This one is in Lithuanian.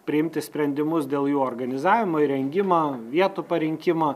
priimti sprendimus dėl jų organizavimo įrengimo vietų parinkimo